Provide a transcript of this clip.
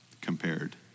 compared